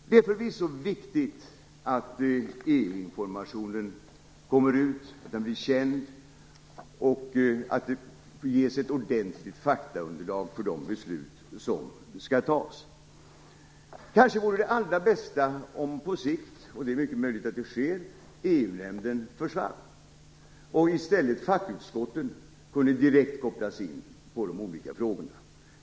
Det är för visso viktigt att EU-informationen kommer ut och blir känd. Det är också viktigt att det ges ett ordentligt faktaunderlag för de beslut som skall fattas. Kanske vore det allra bästa - det är mycket möjligt att det sker - om EU-nämnden på sikt försvann och fackutskottet i stället direkt kopplades in på de olika frågorna.